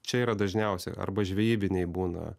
čia yra dažniausi arba žvejybiniai būna